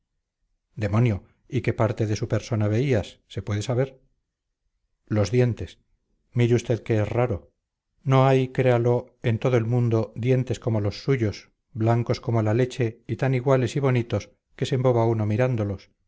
demonio y qué parte de su persona veías se puede saber los dientes mire usted que es raro no hay créalo en todo el mundo dientes como los suyos blancos como la leche y tan iguales y bonitos que se emboba uno mirándolos